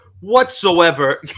whatsoever